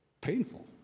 Painful